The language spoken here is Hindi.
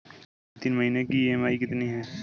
मेरी तीन महीने की ईएमआई कितनी है?